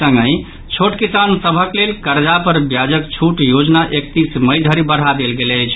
संगहि छोट किसान सभक लेल कर्ज पर ब्याजक छूट योजना एकतीस मई धरि बढ़ा देल गेल अछि